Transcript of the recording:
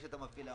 לרשת המפעילה,